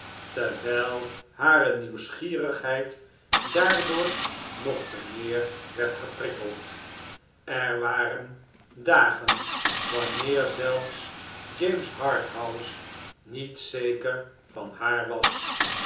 terwijl hare nieuwsgierigheid daardoor nog te meer werd geprikkeld er waren dagen wanneer zelfs james harthouse niet zeker van haar was